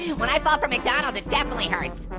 when i fall from mcdonald's, it definitely hurts.